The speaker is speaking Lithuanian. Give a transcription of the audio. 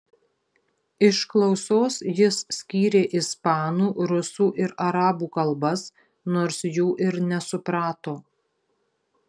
iš klausos jis skyrė ispanų rusų ir arabų kalbas nors jų ir nesuprato